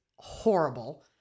horrible